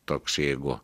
toks jeigu